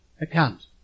account